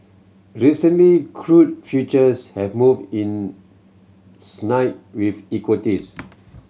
recently crude futures have moved in sync with equities